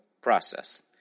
process